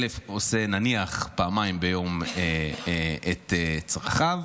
כלב עושה נניח פעמיים ביום את צרכיו.